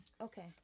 Okay